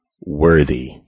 worthy